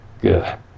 Good